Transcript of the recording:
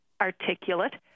articulate